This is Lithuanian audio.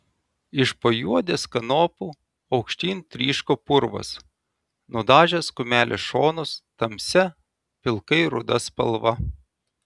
iš po juodės kanopų aukštyn tryško purvas nudažęs kumelės šonus tamsia pilkai ruda spalva